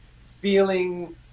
feeling